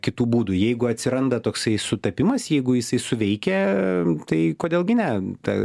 kitų būdų jeigu atsiranda toksai sutapimas jeigu jisai suveikia tai kodėl gi ne ta